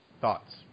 Thoughts